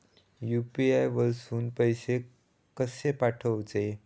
UPI वरसून पैसे कसे पाठवचे?